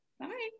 Bye